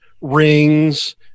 rings